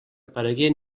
aparegué